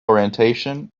orientation